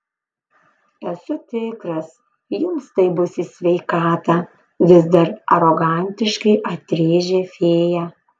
esu tikras jums tai bus į sveikatą vis dar arogantiškai atrėžė fėja